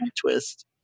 twist